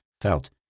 felt